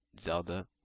Zelda